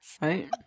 Right